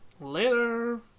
Later